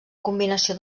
combinació